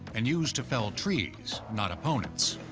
and used to fell trees, not opponents.